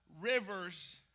Rivers